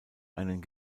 einen